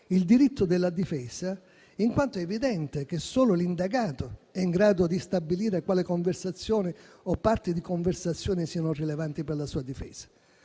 il diritto della difesa, in quanto è evidente che solo l'indagato è in grado di stabilire quale conversazione, o parti di conversazioni, siano rilevanti per la sua difesa.